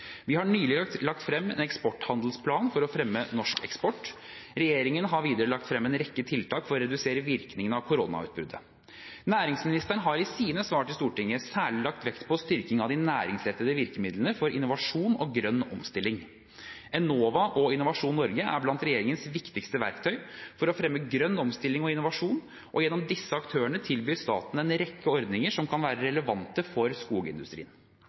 Vi har nylig lagt frem en eksporthandlingsplan for å fremme norsk eksport. Regjeringen har videre lagt frem en rekke tiltak for å redusere virkningene av koronautbruddet. Næringsministeren har i sine svar til Stortinget særlig lagt vekt på styrkingen av de næringsrettede virkemidlene for innovasjon og grønn omstilling. Enova og Innovasjon Norge er blant regjeringens viktigste verktøy for å fremme grønn omstilling og innovasjon, og gjennom disse aktørene tilbyr staten en rekke ordninger som kan være relevante for skogindustrien.